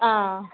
ஆ